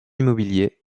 immobilier